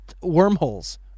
wormholes